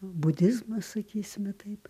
budizmas sakysime taip